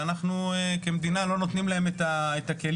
ואנחנו כמדינה לא נותנים להם את הכלים.